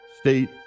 state